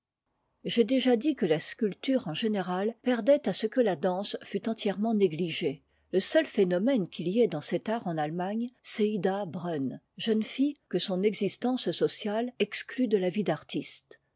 j'ai déjà dit que la sculpture en général perdait à ce que la danse fût entièrement négligée le seut phénomène qu'il y ait dans cet art en allemagne c'est ida brunn jeune fille que son existence sociale exclut de la vie d'artiste